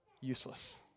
useless